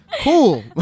cool